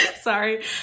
Sorry